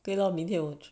给了明天我